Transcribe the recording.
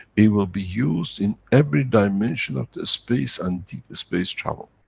it will be used in every dimension of the space and deep space travel.